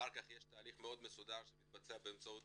אחר כך יש תהליך מאוד מסודר שמתבצע באמצעות